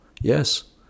Yes